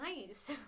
nice